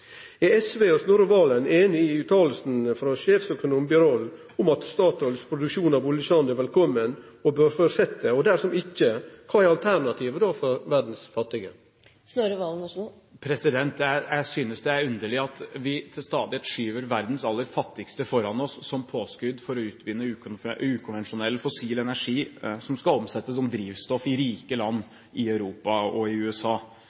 Er SV og Snorre Serigstad Valen einig i utsegna frå sjeføkonom Birol om at Statoils produksjon av oljesand er velkomen og bør fortsetje? Dersom ikkje, kva er alternativet for verdas fattige? Jeg synes det er underlig at vi til stadighet skyver verdens aller fattigste foran oss, som påskudd for å utvinne ukonvensjonell, fossil energi som skal omsettes som drivstoff i rike land i Europa og i USA.